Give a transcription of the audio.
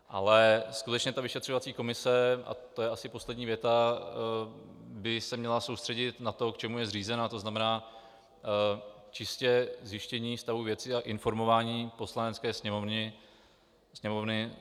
Ale skutečně ta vyšetřovací komise to je asi poslední věta by se měla soustředit na to, k čemu je zřízena, to znamená čistě zjištění stavu věci a informování Poslanecké sněmovny.